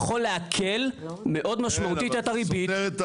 כזה מסובך נראה לי.